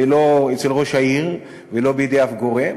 ולא אצל ראש העיר ולא בידי אף גורם,